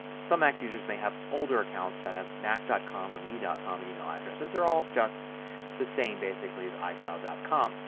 some mac users may have older accounts that have mac dot com or me dot com email addresses. they are all just the same basically as icloud com.